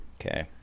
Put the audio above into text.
okay